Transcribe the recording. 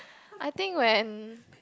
I think when